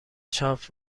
چاپ